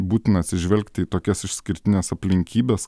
būtina atsižvelgti į tokias išskirtines aplinkybes